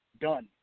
done